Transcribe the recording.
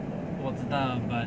我知道 but